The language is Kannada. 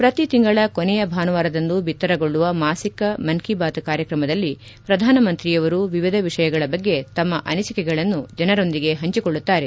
ಪ್ರತಿ ತಿಂಗಳ ಕೊನೆಯ ಭಾನುವಾರದಂದು ಬಿತ್ತರಗೊಳ್ಳುವ ಮಾಸಿಕ ಮನ್ ಕಿ ಬಾತ್ ಕಾರ್ಯಕ್ರಮದಲ್ಲಿ ಪ್ರಧಾನಮಂತ್ರಿಯವರು ವಿವಿಧ ವಿಷಯಗಳ ಬಗ್ಗೆ ತಮ್ಮ ಅನಿಸಿಕೆಗಳನ್ನು ಜನರೊಂದಿಗೆ ಹಂಚೆಕೊಳ್ಳುತ್ತಾರೆ